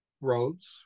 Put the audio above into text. roads